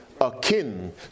akin